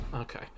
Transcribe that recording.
Okay